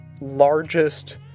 largest